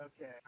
Okay